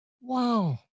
wow